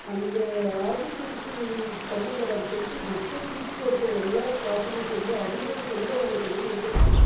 அந்த ஆஃபீஸருக்கு உள் சம்பளம் தரார்ன்னு சொல்லிட்டு மற்ற சீட்டில் இருக்கிற எல்லா ஸ்டாஃபுங்களும் சேர்ந்து அவங்களோட சொந்த வேலையை கொண்டு வந்து என் கிட்டே கொடுத்துருவாங்க